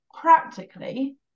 practically